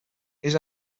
was